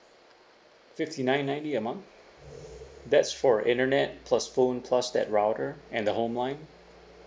fifty nine ninety a month that's for internet plus phone plus that router and the home line